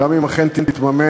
גם אם אכן תתממש,